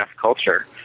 culture